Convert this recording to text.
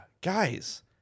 guys